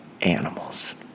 animals